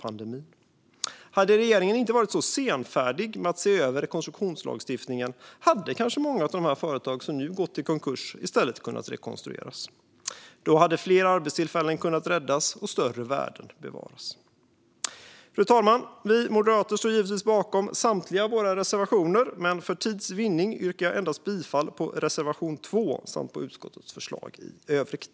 Om regeringen inte hade varit så senfärdig med att se över rekonstruktionslagstiftningen hade kanske många av de företag som nu har gått i konkurs i stället kunnat rekonstrueras. Då hade fler arbetstillfällen kunnat räddas och större värden bevaras. Fru talman! Vi i Moderaterna står givetvis bakom samtliga våra reservationer, men för tids vinnande yrkar jag bifall endast till reservation 2 samt till utskottets förslag i övrigt.